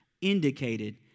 indicated